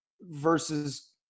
versus